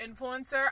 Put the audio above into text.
influencer